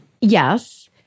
Yes